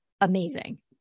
amazing